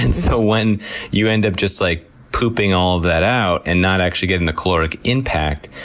and so when you end up, just like, pooping all of that out and not actually getting the caloric impact,